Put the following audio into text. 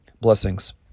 Blessings